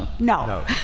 no